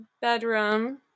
bedroom